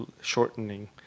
shortening